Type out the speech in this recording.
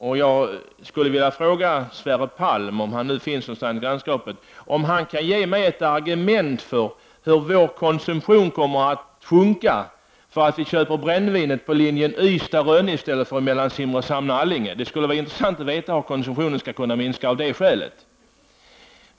Då skulle jag vilja fråga Sverre Palm, om han finns någonstans i grannskapet, om han kan ge mig ett besked på hur vår konsumtion kommer att minska därför att vi köper brännvinet på linjen Ystad-Rönne i stället för på linjen mellan Simrishamn och Allinge. Det skulle vara intressant att få veta hur konsumtionen skulle kunna minskas av det skälet!